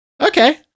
Okay